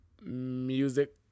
music